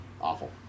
awful